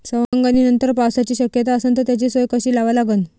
सवंगनीनंतर पावसाची शक्यता असन त त्याची सोय कशी लावा लागन?